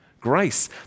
Grace